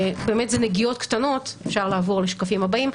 אלה נגיעות קטנות, אפשר לעבור לשקפים הבאים.